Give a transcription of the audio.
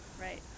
Right